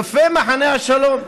יפה, מחנה השלום.